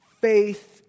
faith